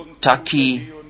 Taki